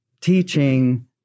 teaching